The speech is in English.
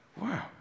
Wow